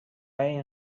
این